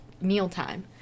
mealtime